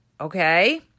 okay